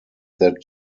that